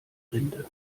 rinde